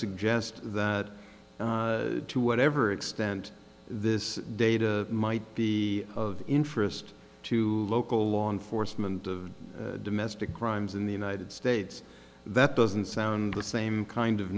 suggest that to whatever extent this data might be of interest to local law enforcement of domestic crimes in the united states that doesn't sound the same kind of